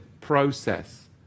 process